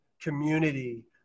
community